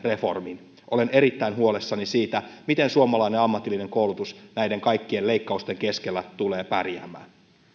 reformin olen erittäin huolissani siitä miten suomalainen ammatillinen koulutus näiden kaikkien leikkausten keskellä tulee pärjäämään